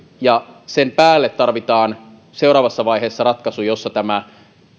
ja sen päälle tarvitaan seuraavassa vaiheessa ratkaisu jossa tämä